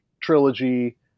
trilogy